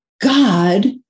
God